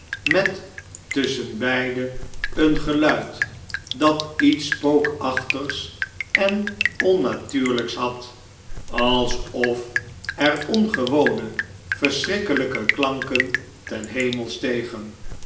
met tusschenbeide een geluid dat iets spookachtigs en onnatuurlijks had alsof er ongewone verschrikkelpe klanken ten hemel stegen